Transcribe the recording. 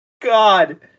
god